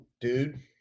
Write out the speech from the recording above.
Dude